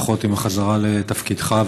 ברכות עם החזרה לתפקידך,